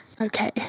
Okay